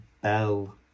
bell